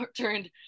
turned